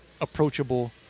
approachable